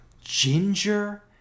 ginger